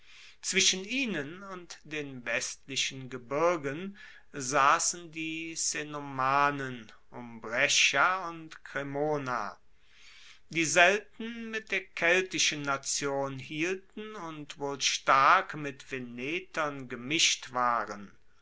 zwischen ihnen und den westlichen gebirgen sassen die cenomanen um brescia und cremona die selten mit der keltischen nation hielten und wohl stark mit venetern gemischt waren